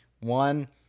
One